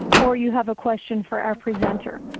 or you have a question for our presenter.